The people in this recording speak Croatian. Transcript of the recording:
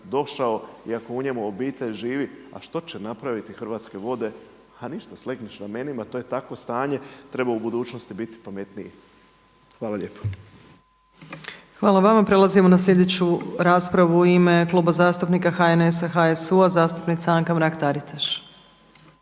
došao i ako u njemu obitelj živi a što će napraviti Hrvatske vode, a ništa, slegneš ramenima, to je takvo stanje, treba u budućnosti biti pametniji. Hvala lijepo. **Opačić, Milanka (SDP)** Hvala vama. Prelazimo na slijedeću raspravu u ime Kluba zastupnika HNS-a i HSU-a zastupnica Anka Mrak-Taritaš.